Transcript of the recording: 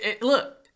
Look